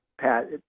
Pat